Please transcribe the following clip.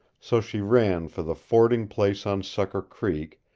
so she ran for the fording place on sucker creek,